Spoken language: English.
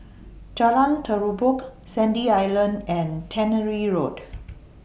Jalan Terubok Sandy Island and Tannery Road